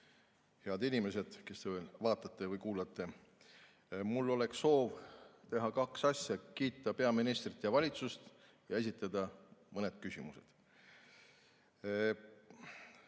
Head inimesed, kes te veel vaatate või kuulate! Mul oleks soov teha kahte asja: kiita peaministrit ja valitsust ning esitada mõned küsimused.